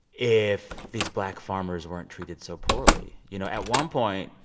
if these black farmers weren't treated so poorly. you know, at one point,